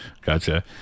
gotcha